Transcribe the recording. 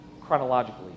chronologically